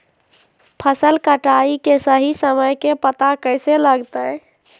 फसल कटाई के सही समय के पता कैसे लगते?